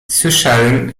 słyszałem